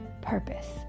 purpose